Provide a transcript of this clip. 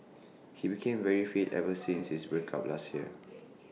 he became very fit ever since his break up last year